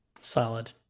Solid